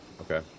Okay